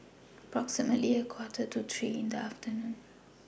approximately A Quarter to three in The afternoon